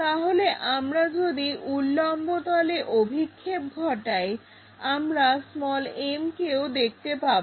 তাহলে আমরা যদি উল্লম্ব তলে অভিক্ষেপ ঘটাই আমরা m কেও দেখতে পাবো